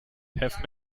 have